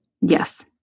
yes